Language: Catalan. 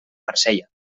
marsella